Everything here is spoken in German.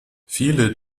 viele